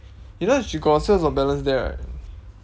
you know she got sales of balance there right